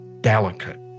delicate